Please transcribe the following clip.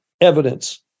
evidence